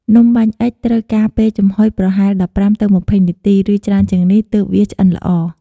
នំបាញ់អុិចត្រូវការពេលចំហុយប្រហែល ១៥ទៅ២០ នាទី ឬ ច្រើនជាងនេះ ទើបវាឆ្អិនល្អ។